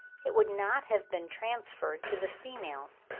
it would not have been transferred to the females.